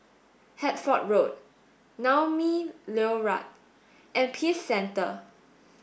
Hertford Road Naumi Liora and Peace Centre